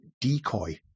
decoy